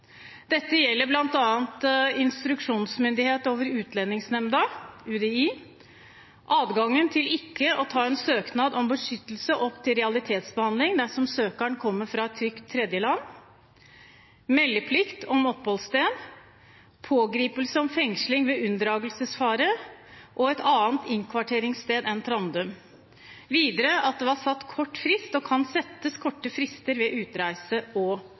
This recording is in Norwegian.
Dette gjelder bl.a. instruksjonsmyndighet over Utlendingsnemnda, adgangen til ikke å ta en søknad om beskyttelse opp til realitetsbehandling dersom søkeren kommer fra et trygt tredjeland, meldeplikt om oppholdssted, pågripelse og fengsling ved unndragelsesfare, et annet innkvarteringssted enn Trandum og videre at det kan settes kortere frister ved utreise og